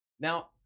Now